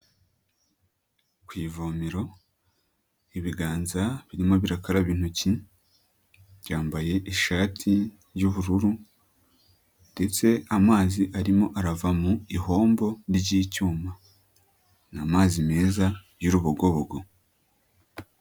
Ku ivomero, ibiganza birimo birakaraba intoki, byambaye ishati y'ubururu ndetse amazi arimo arava mu ihombo ry'icyuma, ni amazi meza y'urubogobogo.